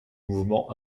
mouvement